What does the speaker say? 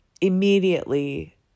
immediately